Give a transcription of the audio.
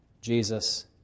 Jesus